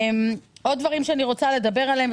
עוד דברים שאני רוצה לדבר עליהם,